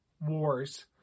wars